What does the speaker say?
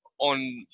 on